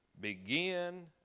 begin